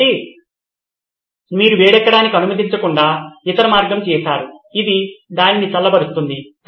కాబట్టి మీరు వేడెక్కడానికి అనుమతించకుండా ఇతర మార్గం చేసారు అది దానిని చల్లబరుస్తుంది